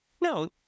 No